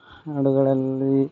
ಹಾಡುಗಳಲ್ಲಿ